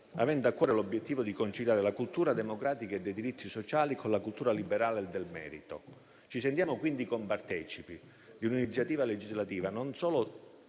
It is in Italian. avendo a cuore l'obiettivo di conciliare la cultura democratica e dei diritti sociali con quella liberale e del merito. Ci sentiamo quindi compartecipi di un'iniziativa legislativa, non solo